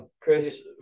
Chris